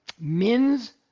men's